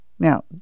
Now